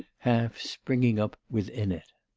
half springing up within it.